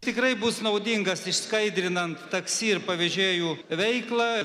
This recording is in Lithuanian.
tikrai bus naudingas išskaidrinant taksi ir pavežėjų veiklą